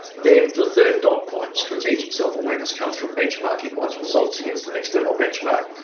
then the third dot point, strategic self-awareness comes from benchmarking once results against an external benchmark.